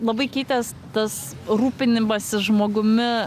labai keitės tas rūpinimasis žmogumi